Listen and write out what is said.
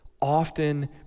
often